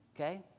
Okay